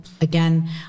Again